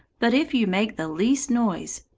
but if you make the least noise,